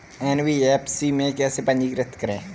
NBFC में कैसे पंजीकृत करें?